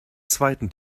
zweiten